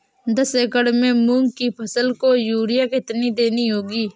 दस एकड़ में मूंग की फसल को यूरिया कितनी देनी होगी?